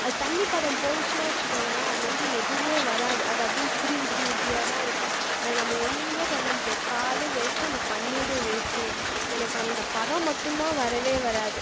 அது தண்ணிப்பதம் போயிடுச்சுனால் வெச்சுக்கோங்களேன் அதில் இருந்து எதுவுமே வராது அது அப்படியே உதிரி உதிரி உதிரி உதிரியாக தான் இருக்கும் அதை நம்ம ஒன்றுமே பண்ண முடியாது பாலும் வேஸ்ட்டு அந்த பன்னீரும் வேஸ்ட்டுங்க எனக்கு அந்த பதம் மட்டும் தான் வரவே வராது